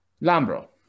lambro